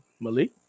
Malik